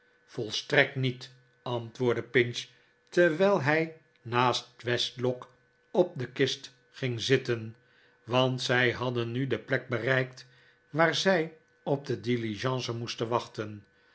volstrekt niet antwoordde pinch terwijl hij naast westlock op de kist ging zitten want zij hadden nu de plek bereikt waar zij op de diligence moesten wachten